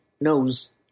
knows